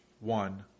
one